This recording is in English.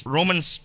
Romans